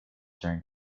during